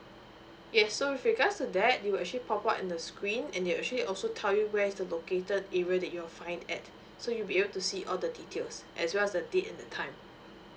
yes so with regard to that it will actually pop up in the screen it will actually also tell you where is located area that you're fined at so you'll be able to see all the details as well as the date and the time